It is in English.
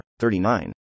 39